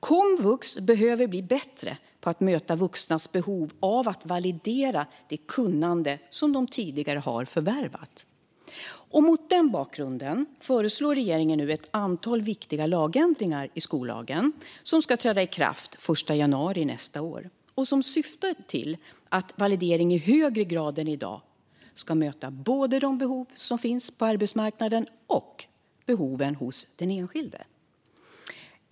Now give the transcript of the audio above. Komvux behöver bli bättre på att möta vuxnas behov av att validera det kunnande som de tidigare har förvärvat. Mot den bakgrunden föreslår regeringen ett antal viktiga lagändringar i skollagen, som ska träda i kraft den 1 januari nästa år och syftar till att valideringen i högre grad än i dag ska möta både de behov som finns på arbetsmarknaden och behoven hos den enskilde.